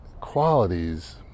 qualities